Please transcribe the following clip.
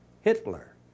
Hitler